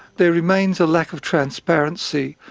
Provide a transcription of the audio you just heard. there remains a lack of transparency.